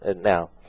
now